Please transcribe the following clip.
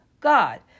God